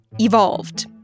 evolved